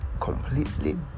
completely